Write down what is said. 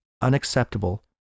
unacceptable